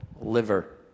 liver